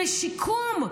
לשיקום.